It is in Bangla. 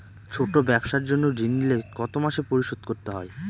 ছোট ব্যবসার জন্য ঋণ নিলে কত মাসে পরিশোধ করতে হয়?